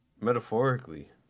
Metaphorically